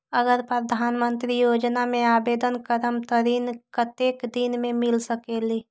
अगर प्रधानमंत्री योजना में आवेदन करम त ऋण कतेक दिन मे मिल सकेली?